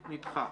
נדחה.